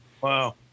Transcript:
Wow